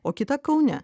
o kita kaune